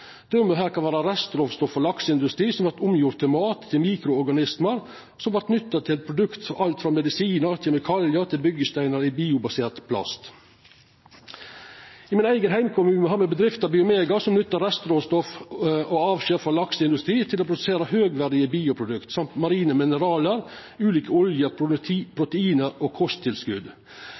her kan vera restråstoff frå lakseindustri som vert omgjort til mat til mikroorganismar, som vert nytta til å produsera alt frå medisinar til kjemikaliar som er byggjesteinar i biobasert plast. I min eigen heimkommune har me bedrifta Biomega, som nyttar restråstoff og avskjer frå lakseindustri til å produsera høgverdige bioprodukt og marine mineralar, ulike oljar, protein og kosttilskot.